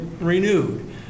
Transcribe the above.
renewed